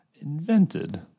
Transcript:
invented